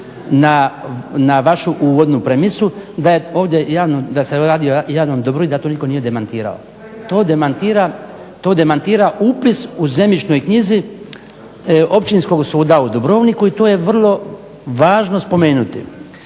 na vašu uvodnu premisu da je ovdje javno, da se radi o javnom dobru i da to nitko nije demantirao. To demantira upis u zemljišnoj knjizi Općinskog suda u Dubrovniku i to je vrlo važno spomenuti.